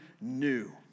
new